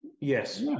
Yes